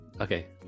okay